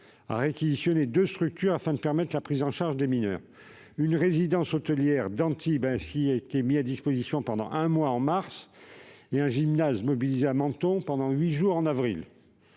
a réquisitionné deux structures afin de permettre la prise en charge des mineurs. Une résidence hôtelière d'Antibes a ainsi été mise à disposition pendant un mois en mars et un gymnase a été mobilisé à Menton pendant huit jours en avril.